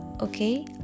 Okay